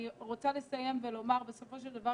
אני רוצה לסיים ולומר שבסופו של דבר